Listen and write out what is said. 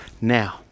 Now